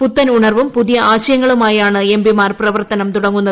പുത്തൻ ഉണർവ്വും പുതിയ ആശയങ്ങളുമായാണ് എം പിമാർ പ്രവർത്തനം തുടങ്ങുന്നത്